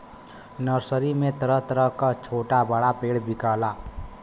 nursery में तरह तरह क छोटा बड़ा पेड़ बिकला